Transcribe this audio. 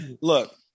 look